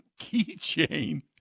keychain